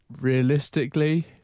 Realistically